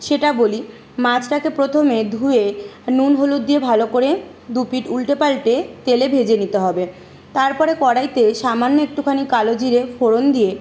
সেটা বলি মাছটাকে প্রথমে ধুয়ে নুন হলুদ দিয়ে ভালো করে দুপিঠ উল্টেপাল্টে তেলে ভেজে নিতে হবে তারপরে কড়াইতে সামান্য একটুখানি কালো জিরে ফোড়ন দিয়ে